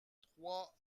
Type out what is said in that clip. trois